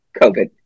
COVID